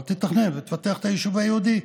אבל תתכנן ותפתח את היישוב היהודי.